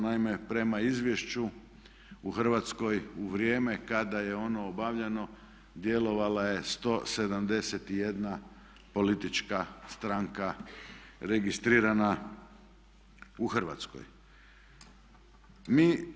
Naime, prema izvješću u Hrvatskoj u vrijeme kada je ono obavljano djelovala je 171 politička stranka registrirana u Hrvatskoj.